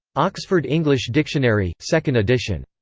oxford english dictionary, second edition.